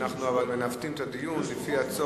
צריך גם לעבוד, אנחנו מנווטים את הדיון לפי הצורך.